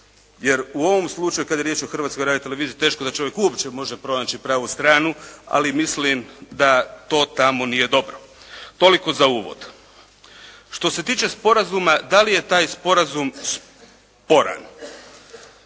jer u ovom slučaju kada je riječ o Hrvatskoj radioteleviziji teško da čovjek uopće može pronaći pravu stranu, ali mislim da to tamo nije dobro. Toliko za uvod. Što se tiče sporazuma da li je taj sporazum sporan?